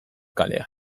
kalean